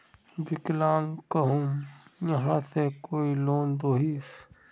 विकलांग कहुम यहाँ से कोई लोन दोहिस?